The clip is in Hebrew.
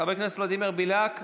חבר הכנסת ולדימיר בליאק,